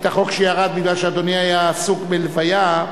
החוק שירד משום שאדוני היה עסוק בלוויה,